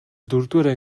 дөрөвдүгээр